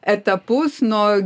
etapus nuo